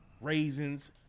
raisins